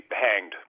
hanged